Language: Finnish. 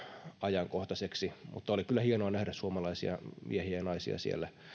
ajankohtaiseksi mutta oli kyllä hienoa nähdä suomalaisia miehiä ja naisia siellä